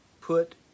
put